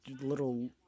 little